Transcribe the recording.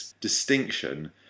distinction